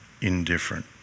indifferent